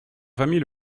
famille